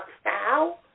style